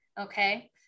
Okay